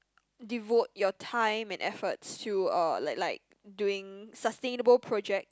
devote your time and efforts to uh like like doing sustainable project